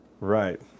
Right